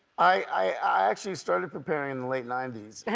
i actually started preparing in the late ninety s.